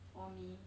for me